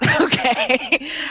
Okay